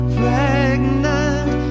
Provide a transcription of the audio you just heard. pregnant